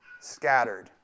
scattered